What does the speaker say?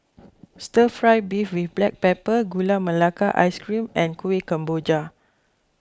Stir Fry Beef with Black Pepper Gula Melaka Ice Cream and Kuih Kemboja